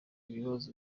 bibazo